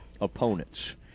opponents